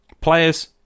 Players